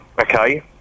okay